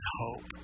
hope